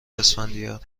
اسفندیار